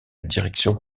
direction